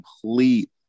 complete